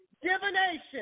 Divination